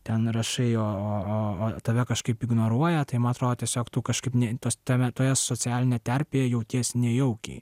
ten rašai o o o tave kažkaip ignoruoja tai man atrodo tiesiog tu kažkaip ne tame toje socialinėje terpėje jautiesi nejaukiai